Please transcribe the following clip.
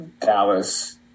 Dallas